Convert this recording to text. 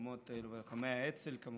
לוחמות ולוחמי האצ"ל כמובן,